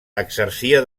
exercia